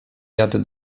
jadę